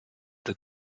did